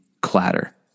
clatter